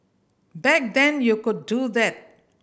back then you could do that